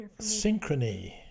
Synchrony